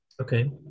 okay